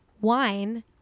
Wine